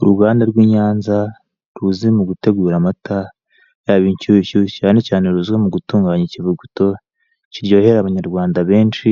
Uruganda rw'i Nyanza tuzi mu gutegura amata yaba inshyushyu cyane cyane ruzwiho mu gutunganya ikivuguto kiryohera abanayarwanda benshi,